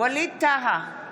ווליד טאהא,